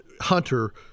Hunter